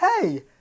hey